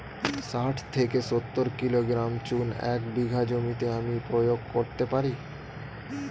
শাঠ থেকে সত্তর কিলোগ্রাম চুন এক বিঘা জমিতে আমি প্রয়োগ করতে পারি?